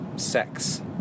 sex